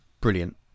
brilliant